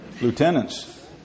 lieutenants